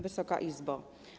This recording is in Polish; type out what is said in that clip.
Wysoka Izbo!